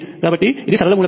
కాబట్టి ఇది సరళ మూలకం